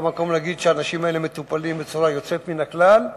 כאן המקום להגיד שהאנשים האלה מטופלים בצורה יוצאת מן הכלל.